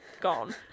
gone